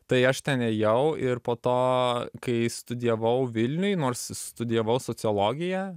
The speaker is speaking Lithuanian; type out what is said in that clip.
tai aš ten ėjau ir po to kai studijavau vilniuj nors studijavau sociologiją